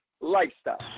lifestyle